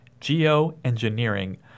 geoengineering